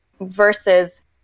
versus